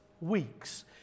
weeks